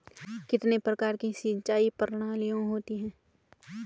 कितने प्रकार की सिंचाई प्रणालियों होती हैं?